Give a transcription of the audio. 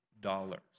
dollars